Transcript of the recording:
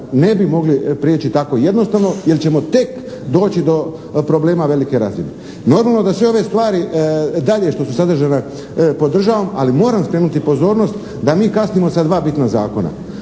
ne bi mogli prijeći tako jednostavno jer ćemo tek doći do problema velike razine. Normalno da sve ove stvari dalje što su sadržane pod državom ali moram skrenuti pozornost da mi kasnimo sa dva bitna zakona.